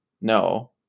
No